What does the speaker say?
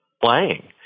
playing